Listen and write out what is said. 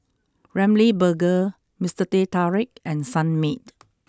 Ramly Burger Mister Teh Tarik and Sunmaid